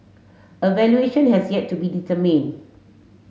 a valuation has yet to be determine